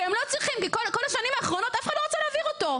והם לא צריכים בכל השנים האחרונות אף אחד לא רצה להעביר אותו.